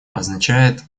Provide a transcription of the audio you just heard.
означает